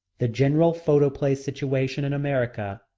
the general photoplay situation in america,